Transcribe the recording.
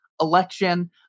election